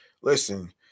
Listen